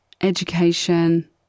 education